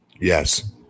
Yes